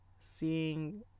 seeing